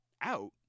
out